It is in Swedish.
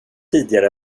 tidigare